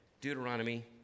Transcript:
Deuteronomy